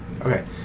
Okay